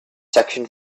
section